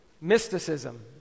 mysticism